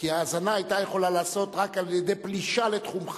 כי האזנה היתה יכולה להיעשות רק על-ידי פלישה לתחומך.